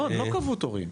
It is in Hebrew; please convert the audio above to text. לא, לא קבעו תורים.